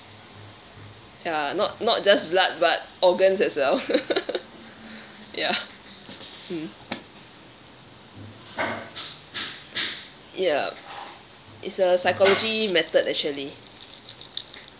ya not not just blood but organs as well ya mm ya it's a psychology method actually